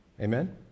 Amen